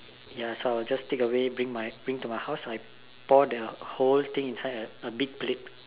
ya so I will just take away bring my bring to my house so I will pour the whole thing inside a inside a big plate